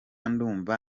ndumva